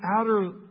outer